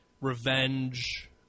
revenge